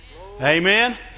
Amen